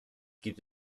gibt